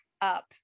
up